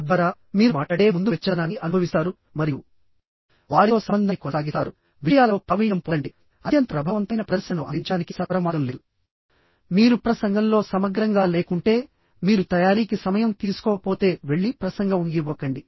తద్వారా మీరు మాట్లాడే ముందు కూడా ఒక రకమైన వెచ్చదనాన్ని అనుభవిస్తారు మరియు వారితో సంబంధాన్ని కొనసాగిస్తారుమీ విషయాలలో ప్రావీణ్యం పొందండి అత్యంత ప్రభావవంతమైన ప్రదర్శనను అందించడానికి సత్వరమార్గం లేదు మీరు ప్రసంగంలో సమగ్రంగా లేకుంటే మీరు తయారీకి సమయం తీసుకోకపోతే వెళ్లి ప్రసంగం ఇవ్వకండి